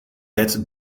bed